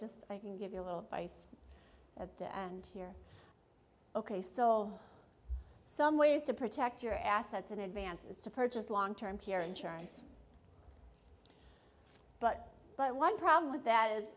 just i can give you a little face at the end here ok so some ways to protect your assets in advance is to purchase long term care insurance but but one problem with that is